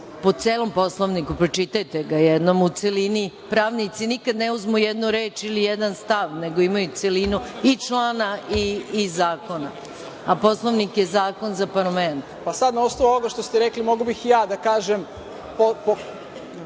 Po celom Poslovniku. Pročitajte ga jednom u celini. Pravnici nikad ne uzmu jednu reč ili jedan stav, nego imaju celinu i člana i zakona, a Poslovnik je zakon za parlament. **Dejan Nikolić** Pa, sada na osnovu ovoga što ste rekli mogao bih ja da kažem